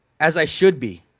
as i should be.